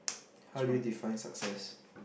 how do you define success